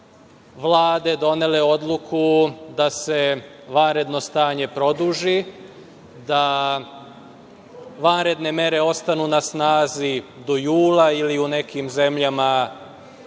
vlade donele odluku da se vanredno stanje produži, da vanredne mere ostanu na snazi do jula ili u nekim zemljama do još